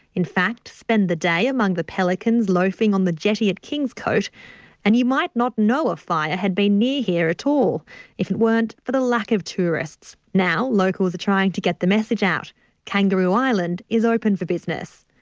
in fact, spend the day among the pelicans loafing on the jetty at kingscote, and you might not know a fire had been near here at if it weren't for the lack of tourists. now locals are trying to get the message out kangaroo island is open for business.